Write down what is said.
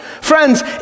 Friends